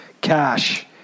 cash